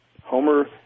Homer